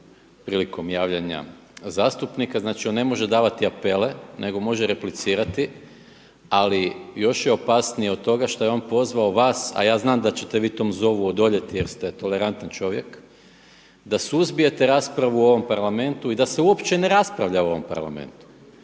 prilikom javljanja zastupnika, znači on ne može davati apele nego može replicirati, ali još je opasnije od toga što je on pozvao vas, a ja znam da ćete vi tom zovu odoljeti jer ste tolerantan čovjek, da suzbijete raspravu u ovom Parlamentu i da se uopće ne raspravlja u ovom Parlamentu.